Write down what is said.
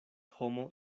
homo